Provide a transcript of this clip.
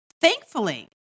Thankfully